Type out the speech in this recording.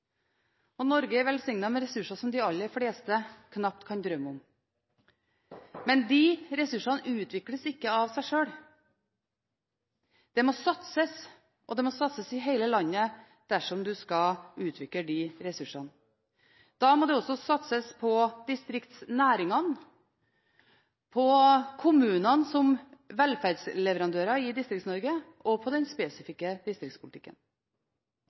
og Norge er velsignet med ressurser som de aller fleste knapt kan drømme om. Men disse ressursene utvikles ikke av seg sjøl. Det må satses, og det må satses i hele landet dersom man skal utvikle disse ressursene. Da må det også satses på distriktsnæringene, på kommunene som velferdsleverandører i Distrikts-Norge og på den spesifikke distriktspolitikken.